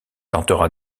tentera